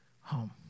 home